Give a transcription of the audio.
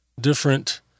different